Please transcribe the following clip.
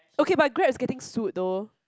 okay but Grab is getting sued tho